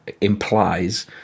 implies